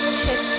check